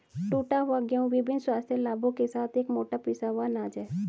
टूटा हुआ गेहूं विभिन्न स्वास्थ्य लाभों के साथ एक मोटा पिसा हुआ अनाज है